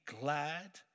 glad